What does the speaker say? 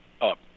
up